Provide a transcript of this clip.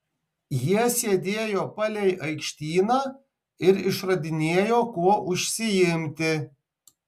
jie sėdėjo palei aikštyną ir išradinėjo kuo užsiimti